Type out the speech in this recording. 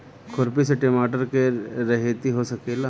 खुरपी से टमाटर के रहेती हो सकेला?